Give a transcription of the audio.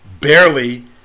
barely